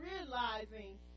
realizing